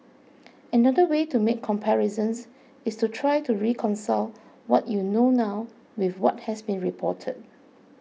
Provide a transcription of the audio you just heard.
another way to make comparisons is to try to reconcile what you know now with what has been reported